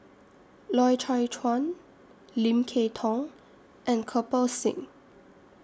Loy Chye Chuan Lim Kay Tong and Kirpal Singh